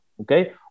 okay